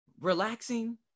relaxing